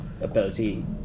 ability